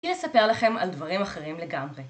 ולספר לכם על דברים אחרים לגמרי